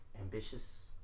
ambitious